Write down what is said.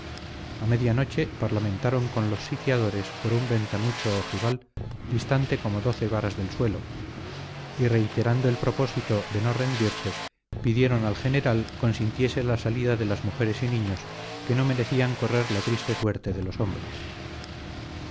a media noche parlamentaron con los sitiadores por un ventanucho ojival distante como doce varas del suelo y reiterando el propósito de no rendirse pidieron al general consintiese la salida de las mujeres y niños que no merecían correr la triste suerte de los hombres